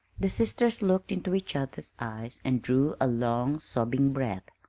the sisters looked into each other's eyes and drew a long, sobbing breath.